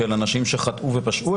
כאל אנשים שחטאו ופשעו,